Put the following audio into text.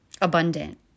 abundant